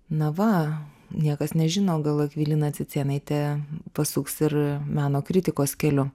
na va niekas nežino gal akvilina cicėnaitė pasuks ir meno kritikos keliu